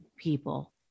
people